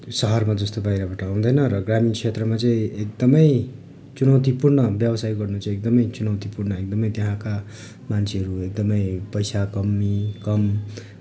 सहरमा जस्तो बाहिरबाट आउँदैन र ग्रामीण क्षेत्रमा चाहिँ एकदमै चुनौती पूर्ण व्यवसाय गर्नु चाहिँ एकदमै चुनौती पूर्ण एकदमै त्यहाँका मान्छेहरू एकदमै पैसा कमि कम